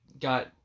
got